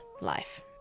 life